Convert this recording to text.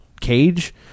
cage